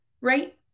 Right